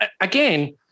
again